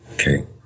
Okay